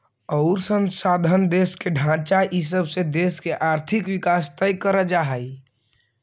अउर संसाधन, देश के ढांचा इ सब से देश के आर्थिक विकास तय कर जा हइ